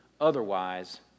otherwise